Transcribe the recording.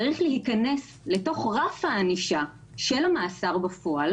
צריך להיכנס לתוך רף הענישה של המאסר בפועל